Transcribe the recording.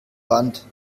band